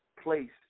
place